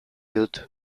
dut